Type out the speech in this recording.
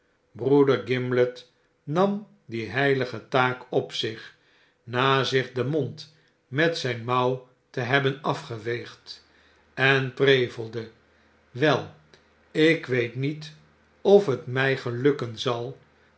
broeder gimblet nam die heilige taak op zich na zich den mond met zyn mouw te hebben afgeveegd en prevelde wel ik weet niet of het my gelukken zal